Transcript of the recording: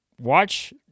Watch